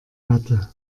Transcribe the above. hatte